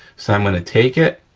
so, i'm gonna take it,